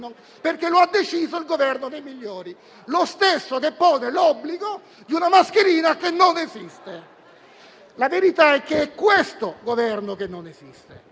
perché lo ha deciso il Governo dei migliori. Lo stesso che pone l'obbligo di una mascherina che non esiste. La verità è che questo Governo, che non esiste,